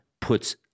puts